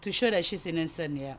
to show that she's innocent yup